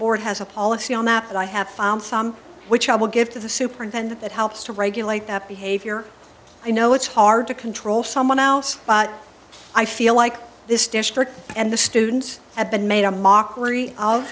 board has a policy on that i have found some which i will give to the superintendent that helps to regulate that behavior i know it's hard to control someone else but i feel like this district and the students have been made a mockery of